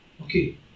Okay